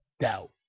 Doubt